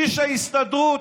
איש ההסתדרות,